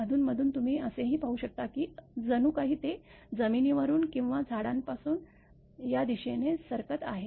अधूनमधून तुम्ही असेही पाहू शकता की जणू काही ते जमिनीवरून किंवा झाडांपासून यादिशेने सरकत आहे